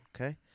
okay